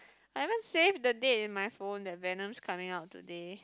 I even save the date in my phone that Venom coming out today